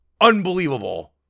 Unbelievable